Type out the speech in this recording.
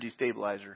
destabilizer